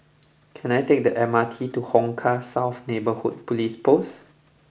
can I take the M R T to Hong Kah South Neighbourhood Police Post